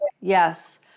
yes